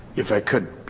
if i could,